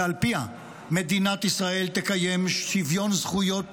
ועל פיה מדינת ישראל "תקיים שוויון זכויות